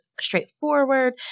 straightforward